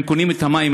הם קונים את המים,